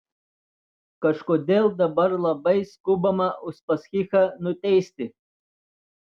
kažkodėl dabar labai skubama uspaskichą nuteisti